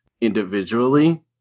individually